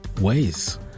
ways